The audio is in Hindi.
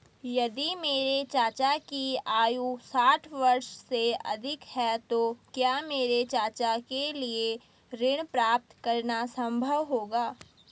यदि मेरे चाचा की आयु साठ वर्ष से अधिक है तो क्या मेरे चाचा के लिए ऋण प्राप्त करना संभव होगा?